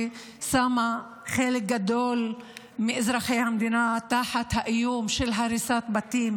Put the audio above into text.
ששמה חלק גדול מאזרחי המדינה תחת איום של הריסת בתים: